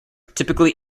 typically